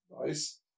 Nice